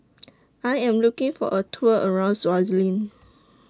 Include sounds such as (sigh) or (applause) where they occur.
(noise) I Am looking For A Tour around Swaziland